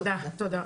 תודה.